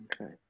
Okay